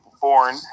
born